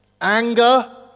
anger